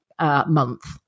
month